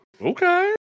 okay